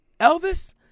Elvis